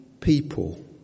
people